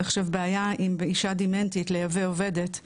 עכשיו בעיה עם אישה דמנטית לייבא עובדת,